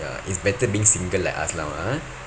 ya is better being single like us now ah